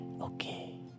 Okay